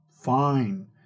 Fine